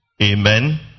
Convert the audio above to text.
amen